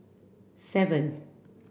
seven